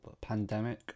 pandemic